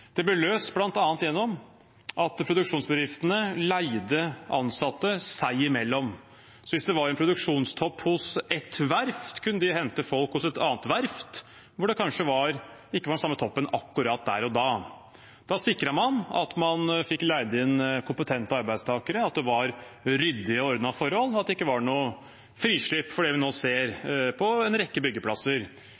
Det ble løst bl.a. gjennom at produksjonsbedriftene leide ansatte seg imellom. Så hvis det var en produksjonstopp hos ett verft, kunne de hente folk hos et annet verft, hvor det kanskje ikke var den samme toppen akkurat der og da. Da sikret man at man fikk leid inn kompetente arbeidstakere, at det var ryddige og ordnede forhold, at det ikke var noe frislipp for det vi nå ser